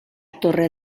torre